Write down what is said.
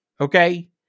okay